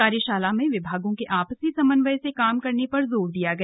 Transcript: कार्यशाला में विभागों के आपसी समन्वय से काम करने पर जोर दिया गया